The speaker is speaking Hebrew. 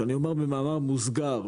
שאני אומר במאמר מוסגר,